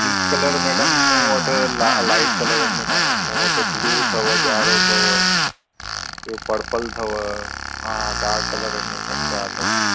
peach colour madam मूं वटि ला लाइट कलर आहिनि मूं वटि ब्लू अथव ॻाढ़ो अथव ॿियो पर्पल अथव हा डार्क कलर आहिनि सुठा तव